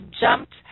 jumped